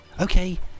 Okay